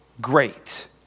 great